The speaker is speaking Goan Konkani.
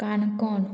काणकोण